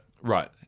Right